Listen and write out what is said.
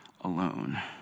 alone